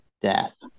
death